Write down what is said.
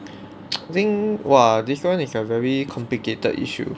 I think !wah! this [one] is a very complicated issue